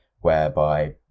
Whereby